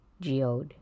geode